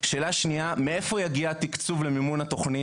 שאלה שנייה, מאיפה יגיע התקצוב למימון התוכנית?